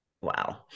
wow